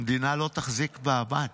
המדינה לא תחזיק מעמד.